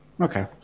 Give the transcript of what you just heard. Okay